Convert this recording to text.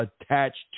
attached